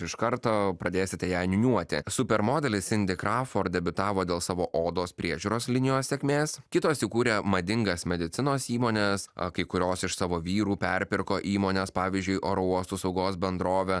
ir iš karto pradėsite ją niūniuoti super modelis sindi krauford debiutavo dėl savo odos priežiūros linijos sėkmės kitos įkūrė madingas medicinos įmones o kai kurios iš savo vyrų perpirko įmones pavyzdžiui oro uostų saugos bendrovę